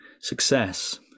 success